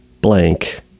blank